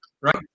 right